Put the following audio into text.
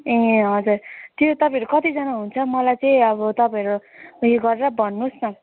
ए हजुर त्यो तपाईँहरू कतिजना हुन्छ मलाई चाहिँ अब तपाईँहरू उयो गरेर भन्नुहोस् न